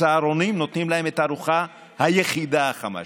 הצהרונים נותנים להם את הארוחה החמה היחידה שלהם.